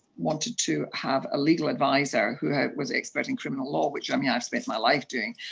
wanted to have a legal adviser who was expert in criminal law, which i mean, i've spent my life doing,